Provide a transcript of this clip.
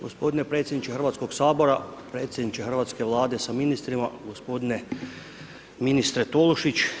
Gospodine predsjedniče Hrvatskog sabora, predsjedniče hrvatske vlade sa ministrima gospodine ministre Tolušić.